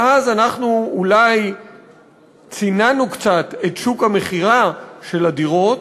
ואז אנחנו אולי ציננו קצת את שוק המכירה של הדירות,